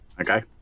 Okay